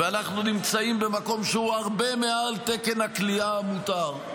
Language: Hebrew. ואנחנו נמצאים במקום שהוא הרבה מעל תקן הכליאה המותר.